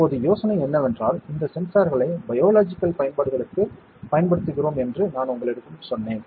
இப்போது யோசனை என்னவென்றால் இந்த சென்சார்களை பயோலாஜிக்கல் பயன்பாடுகளுக்குப் பயன்படுத்துகிறோம் என்று நான் உங்களிடம் சொன்னேன்